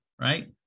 right